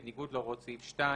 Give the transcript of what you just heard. בניגוד להוראות סעיף 2,